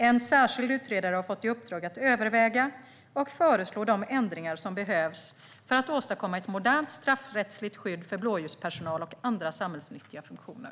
En särskild utredare har fått i uppdrag att överväga och föreslå de ändringar som behövs för att åstadkomma ett modernt straffrättsligt skydd för blåljuspersonal och andra samhällsnyttiga funktioner.